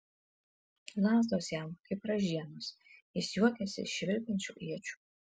lazdos jam kaip ražienos jis juokiasi iš švilpiančių iečių